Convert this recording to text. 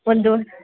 ಒಂದು